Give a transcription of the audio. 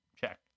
Check